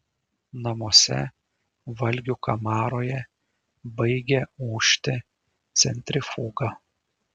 namuose valgių kamaroje baigia ūžti centrifuga